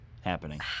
Happening